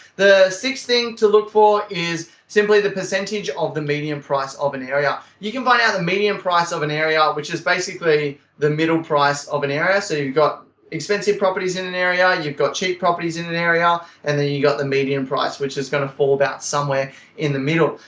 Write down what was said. the sixth thing to look for is simply the percentage of the median price of an area. you can find out the median price of an area which is basically the middle price of an area. so you've got expensive properties in an area, you've got cheap properties in an area and then you've got the median price which is going to fall about somewhere in the middle.